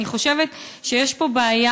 אני חושבת שיש פה בעיה.